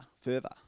further